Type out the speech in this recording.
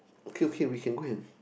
okay okay we can go and